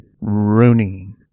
Rooney